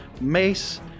mace